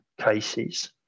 cases